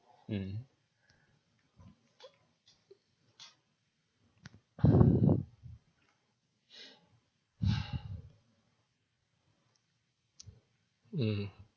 mm mmhmm